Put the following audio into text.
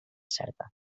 certa